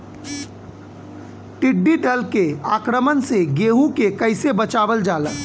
टिडी दल के आक्रमण से गेहूँ के कइसे बचावल जाला?